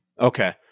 Okay